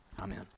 Amen